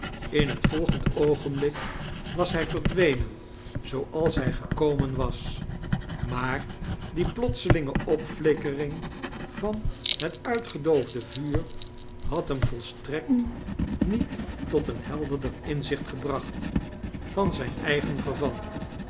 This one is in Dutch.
in het volgend oogenblik was hij verdwenen zooals hij gekomen was maar die plotselinge opflikkering van het uitgedoofde vuur had hemt volstrekt niet tot een helderder inzicht gebracht van zijn eigen verval